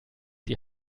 die